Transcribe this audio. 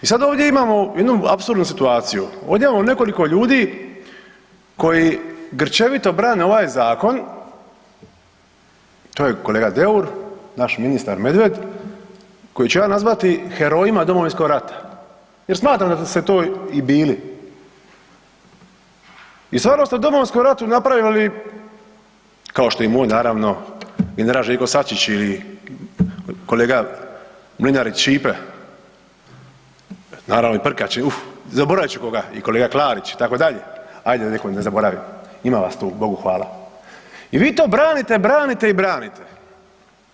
I sad ovdje imamo jednu apsurdnu situaciju, ovdje imamo nekoliko ljudi koji grčevito brane ovaj zakon, to je kolega Deur, naš ministar Medved, koje ću ja nazvati herojima Domovinskog rata jer smatram da ste to i bili i stvarno ste u Domovinskom ratu napravili kao što i moj naravno general Željko Sačić ili kolega Mlinarić Ćipe, naravno i Prkačin, uf zaboravit ću koga i kolega Klarić itd., ajde da nekog ne zaboravim, ima vas tu Bogu hvala i vi to branite, branite i branite.